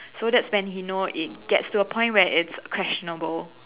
so that's when he know it gets to a point where it's questionable